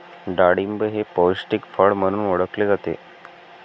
डाळिंब हे पौष्टिक फळ म्हणून ओळखले जाते